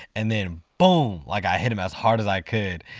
and then boom! like i hit him as hard as i could.